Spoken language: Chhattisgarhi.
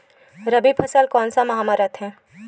रबी फसल कोन सा माह म रथे?